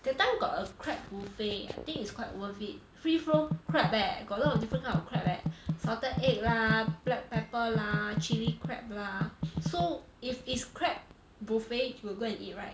that time got a crab buffet I think it's quite worth it free flow crab eh got a lot of different kind of crab eh salted egg lah black pepper lah chilli crab lah so if it's crab buffet you will go and eat right